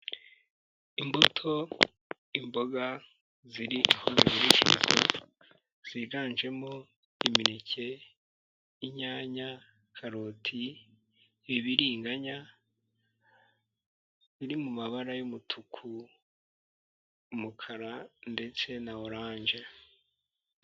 Imbuto, imboga ziri aho zigurishirizwa ziganjemo imineke, inyanya, karoti, ibiriganya biri mu mabara y'umutuku, umukara ndetse na oranje.